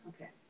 Okay